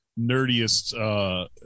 nerdiest